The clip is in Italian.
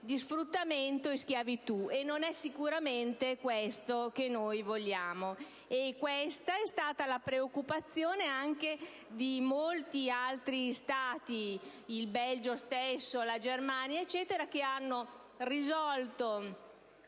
di sfruttamento e schiavitù; non è sicuramente questo che noi vogliamo. Questa è stata la preoccupazione anche di molti altri Stati, come il Belgio e la Germania, che hanno risolto